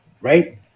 right